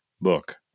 book